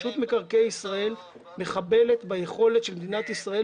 רשות מקרקעי ישראל מחבלת ביכולת של מדינת ישראל